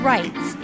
Rights